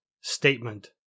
statement